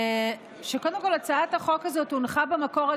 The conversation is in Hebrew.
שקודם כול הצעת החוק הזאת הונחה במקור על